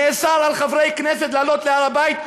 נאסר על חברי כנסת לעלות להר-הבית.